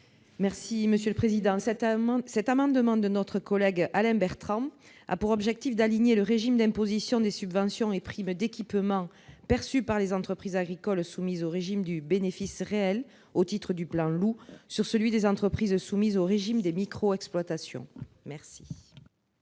Mme Maryse Carrère. Cet amendement de notre collègue Alain Bertrand a pour objet d'aligner le régime d'imposition des subventions et primes d'équipement perçues par les entreprises agricoles soumises au régime du bénéfice réel au titre du plan Loup sur celui des entreprises soumises au régime des micro-exploitations. Quel